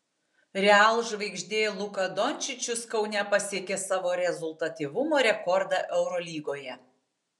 real žvaigždė luka dončičius kaune pasiekė savo rezultatyvumo rekordą eurolygoje